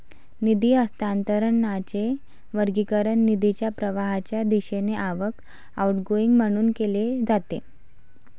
निधी हस्तांतरणाचे वर्गीकरण निधीच्या प्रवाहाच्या दिशेने आवक, आउटगोइंग म्हणून केले जाते